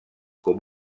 com